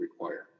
require